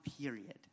period